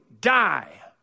die